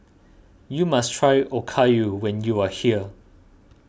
you must try Okayu when you are here